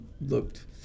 looked